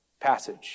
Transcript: passage